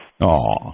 Aw